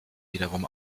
wiederum